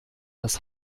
das